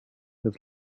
with